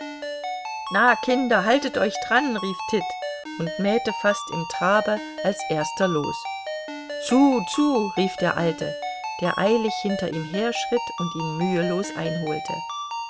na kinder haltet euch dran rief tit und mähte fast im trabe als erster los zu zu rief der alte der eilig hinter ihm herschritt und ihn mühelos einholte